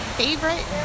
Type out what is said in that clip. favorite